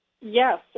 Yes